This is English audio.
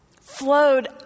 flowed